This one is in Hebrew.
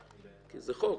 כי זה חוק,